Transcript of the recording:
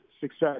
success